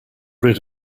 rid